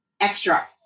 extra